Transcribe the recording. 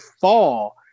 fall